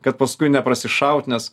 kad paskui neprasišaut nes